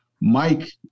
Mike